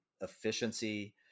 efficiency